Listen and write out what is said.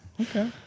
okay